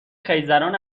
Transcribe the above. خیزران